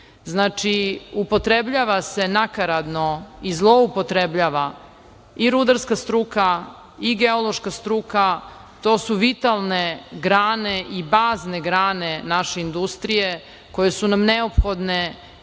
upotrebljava se nakaradno i zloupotrebljava i rudarska struka i geološka struka. To su vitalne grane i bazne grane naše industrije koje su nam neophodne